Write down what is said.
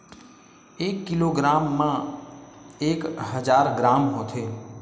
एक किलोग्राम मा एक हजार ग्राम होथे